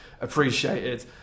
appreciated